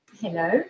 Hello